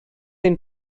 ein